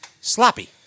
Sloppy